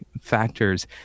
factors